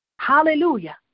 Hallelujah